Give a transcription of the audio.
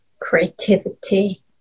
Creativity